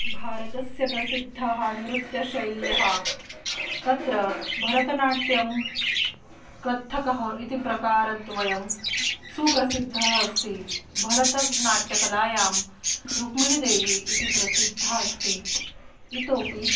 भारतस्य प्रसिद्धाः नृत्यशैल्यः तत्र भरतनाट्यं कत्थकः इति प्रकारद्वयं सुप्रसिद्धः अस्ति भरतनाट्यकलायां रुक्मिणिदेवी इति प्रसिद्धा अस्ति इतोऽपि